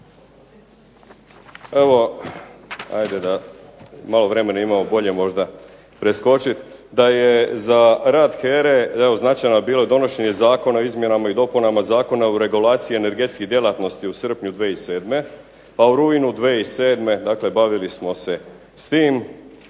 evo ajde da malo vremena imamo, bolje možda preskočiti, da je za rad HERA-a evo značajno bilo donošenje Zakona o izmjenama i dopunama Zakona o regulaciji energetskih djelatnosti u srpnju 2007., pa u rujnu 2007., dakle bavili smo se s tim,